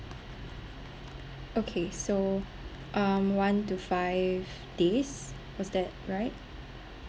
okay so um one to five days was that right